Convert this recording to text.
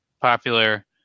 popular